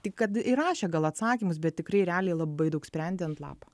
tik kad įrašė gal atsakymus bet tikrai realiai labai daug sprendė ant lapo